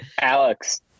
Alex